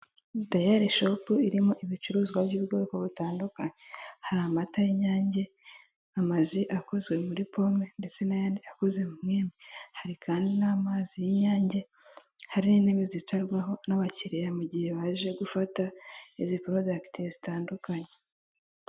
Dayari shopu irimo ibicuruzwa by'ubwoko butandukanye, hari amata y'inyange, amaji akoze muri pome ndetse n'ayandi akoze mu myembe. Hari kandi n'amazi y'inyange, hari n'intebe zicarwaho n'abakiriya mu gihe baje gufata izi porodagiti zitandukanye.